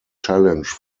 challenge